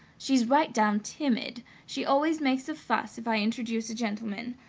she's right down timid. she always makes a fuss if i introduce a gentleman.